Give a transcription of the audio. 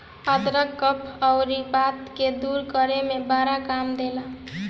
अदरक कफ़ अउरी वात के दूर करे में बड़ा काम देला